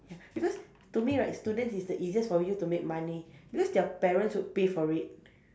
ya because to me right students is the easiest for you to make money because their parents would pay for it